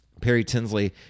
perrytinsley